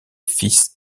fils